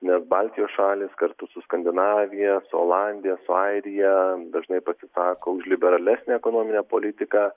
nes baltijos šalys kartu su skandinavija su olandija su airija dažnai pasisako už liberalesnę ekonominę politiką